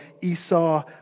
Esau